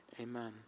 Amen